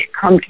come